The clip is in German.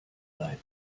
bleiben